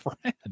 friend